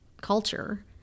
culture